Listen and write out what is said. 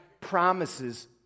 promises